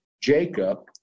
Jacob